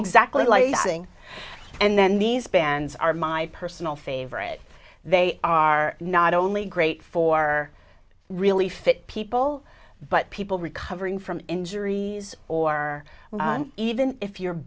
sing and then these bands are my personal favor that they are not only great for really fit people but people recovering from injuries or even if you're